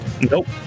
nope